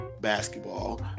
basketball